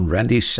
Randy